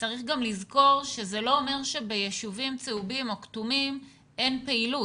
צריך גם לזכור שזה לא אומר שביישובים צהובים או כתומים אין פעילות.